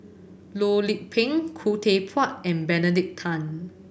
Loh Lik Peng Khoo Teck Puat and Benedict Tan